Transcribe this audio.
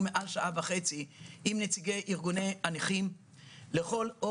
מעל שעה וחצי עם נציגי ארגוני הנכים מתוך